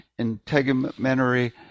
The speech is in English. integumentary